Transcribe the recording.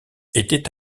était